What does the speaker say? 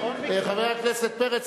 חבר הכנסת פרץ,